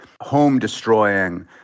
home-destroying